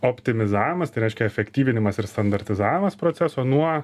optimizavimas tai reiškia efektyvinimas ir standartizavimas proceso nuo